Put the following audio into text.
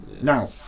now